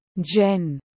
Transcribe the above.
Jen